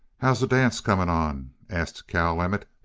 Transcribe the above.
how's the dance coming on? asked cal emmett.